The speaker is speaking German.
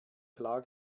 klar